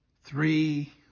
three